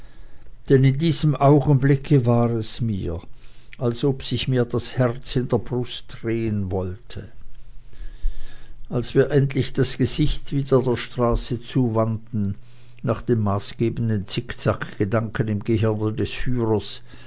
denn in diesem augenblicke war es mir als ob sich mir das herz in der brust drehen wollte als wir endlich das gesicht wieder der straße zuwandten nach den maßgebenden zickzackgedanken im gehirne des führers